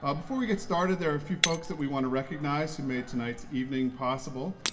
ah before we get started there are a few folks that we want to recognize to make tonight's evening possible.